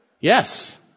Yes